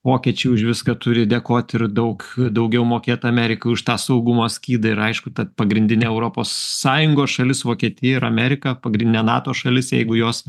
vokiečiai už viską turi dėkot ir daug daugiau mokėt amerikai už tą saugumo skydą ir aišku ta pagrindinė europos sąjungos šalis vokietija ir amerika pagrindinė nato šalis jeigu jos